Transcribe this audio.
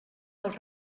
dels